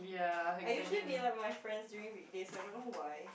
I usually meet up with my friends during weekdays I don't know why